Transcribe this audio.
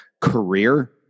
career